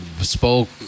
spoke